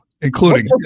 including